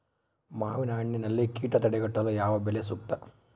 ಮಾವಿನಹಣ್ಣಿನಲ್ಲಿ ಕೇಟವನ್ನು ತಡೆಗಟ್ಟಲು ಯಾವ ಬಲೆ ಸೂಕ್ತ?